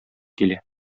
килә